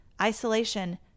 isolation